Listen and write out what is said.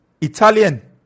Italian